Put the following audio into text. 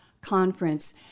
Conference